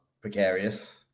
precarious